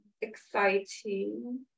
exciting